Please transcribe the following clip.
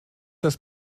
das